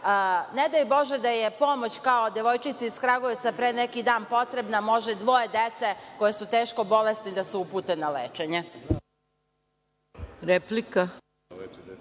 ne daj bože da je pomoć kao devojčici iz Kragujevca pre neki dan potrebna, možemo dvoje dece koja su teško bolesna da uputimo na lečenje.